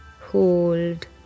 hold